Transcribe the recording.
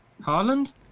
Harland